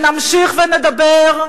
נמשיך ונדבר.